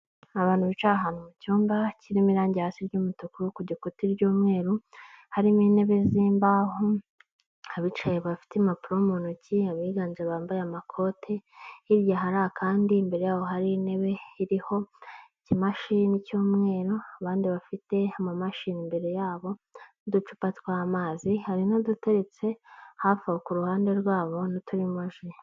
Abantu bicaye ahantu mu cyumba kirimo irangi hasi ry'umutuku ku gikuta ry'umweru, harimo intebe z'imbaho, abicaye bafite impapuro mu ntoki, abiganje bambaye amakoti hirya kandi imbere yabo hari intebe iriho ikimashini cy'umweru, abandi bafite ama mashini imbere yabo n'uducupa tw'amazi, hari n'uduteretse hafi ku ruhande rwabo n'uturimo ji.